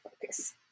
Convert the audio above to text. focus